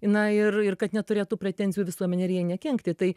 na ir ir kad neturėtų pretenzijų visuomenė ir jai nekenkti tai